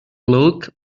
look